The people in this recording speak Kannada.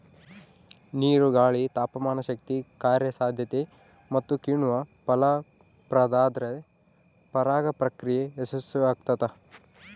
ನೀರು ಗಾಳಿ ತಾಪಮಾನಶಕ್ತಿ ಕಾರ್ಯಸಾಧ್ಯತೆ ಮತ್ತುಕಿಣ್ವ ಫಲಪ್ರದಾದ್ರೆ ಪರಾಗ ಪ್ರಕ್ರಿಯೆ ಯಶಸ್ಸುಆಗ್ತದ